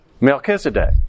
Melchizedek